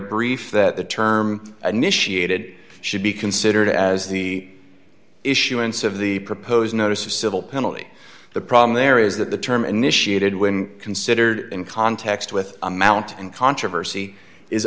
brief that the term initiated should be considered as the issuance of the proposed notice of civil penalty the problem there is that the term initiated when considered in context with amount and controversy is